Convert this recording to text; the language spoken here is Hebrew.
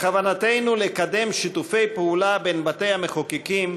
בכוונתנו לקדם שיתופי פעולה בין בתי-המחוקקים,